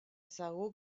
segur